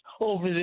over